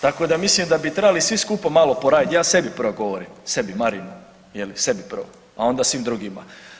Tako da mislim da bi trebali svi skupa malo poraditi, ja sebi prvo govorim sebi Marinu, sebi prvom a onda svim drugima.